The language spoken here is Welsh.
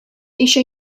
eisiau